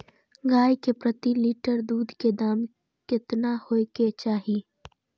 गाय के प्रति लीटर दूध के दाम केतना होय के चाही?